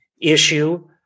issue